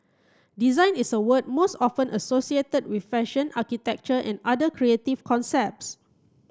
design is a word most often associated with fashion architecture and other creative concepts